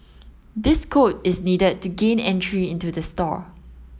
this code is needed to gain entry into the store